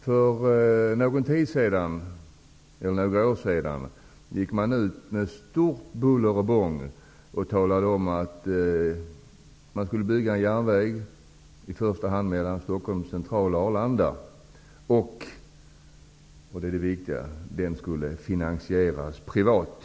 För några år sedan gick man ut med stort buller och bång och talade om att man skulle bygga en järnväg i första hand mellan Stockholms central och Arlanda och, vilket är det viktiga, att den skulle finansieras privat.